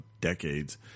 decades